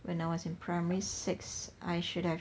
when I was in primary six I should have